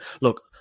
look